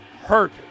hurt